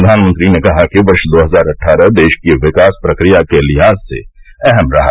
प्रधानमंत्री ने कहा कि वर्ष दो हजार अट्ठारह देश की विकास प्रक्रिया के लिहाज से अहम रहा